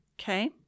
Okay